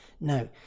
no